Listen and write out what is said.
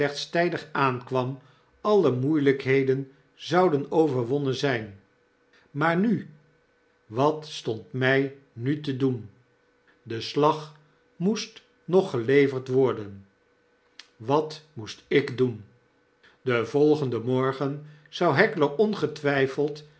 tydig aankwam alle moeielykheden zouden overwonnen zyn maar nu wat stond my nu te doen de slag moest nog geleverd worden wat moest ik doen den volgenden morgen zou heckler